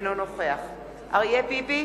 אינו נוכח אריה ביבי,